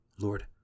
Lord